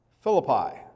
Philippi